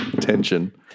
tension